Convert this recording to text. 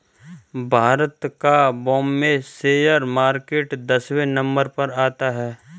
भारत का Bombay share market दसवें number पर आता है